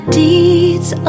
deeds